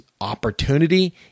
opportunity